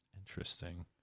Interesting